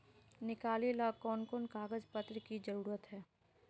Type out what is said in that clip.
निकाले ला कोन कोन कागज पत्र की जरूरत है?